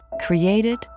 Created